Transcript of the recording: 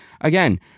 Again